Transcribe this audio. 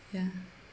ya